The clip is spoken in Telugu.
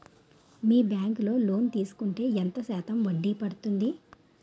మీ బ్యాంక్ లో లోన్ తీసుకుంటే ఎంత శాతం వడ్డీ పడ్తుంది?